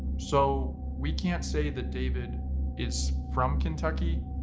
so we can't say that david is from kentucky.